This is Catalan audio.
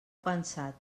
pensat